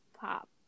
pop